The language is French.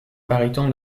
baryton